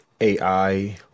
ai